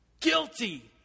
Guilty